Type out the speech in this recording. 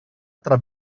tra